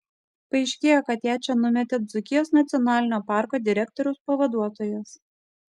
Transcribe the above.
paaiškėjo kad ją čia numetė dzūkijos nacionalinio parko direktoriaus pavaduotojas